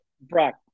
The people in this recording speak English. Brock